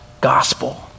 gospel